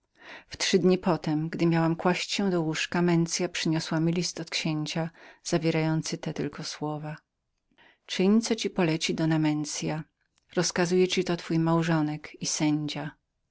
we trzy dni potem gdy miałam kłaść się do łóżka mensia przyniosła mi list od księcia zawierający te tylko słowa czyń co ci poleci doa mensia to ci rozkazuje twój małżonek i sędzia